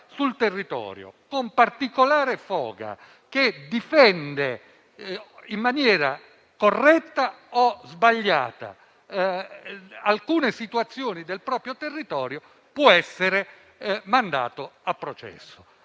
sul territorio con particolare foga e che difende - in maniera corretta o sbagliata - alcune situazioni del proprio territorio può essere mandato a processo.